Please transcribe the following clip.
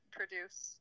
produce